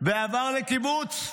ועבר לקיבוץ.